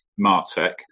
MarTech